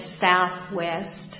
Southwest